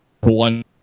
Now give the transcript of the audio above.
one